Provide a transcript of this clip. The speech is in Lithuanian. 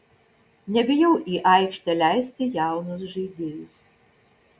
nebijau į aikštę leisti jaunus žaidėjus